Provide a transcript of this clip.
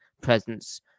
presence